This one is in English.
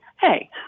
Hey